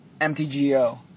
MTGO